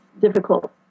difficult